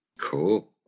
Cool